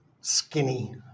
skinny